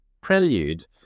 prelude